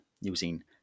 using